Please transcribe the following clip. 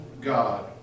God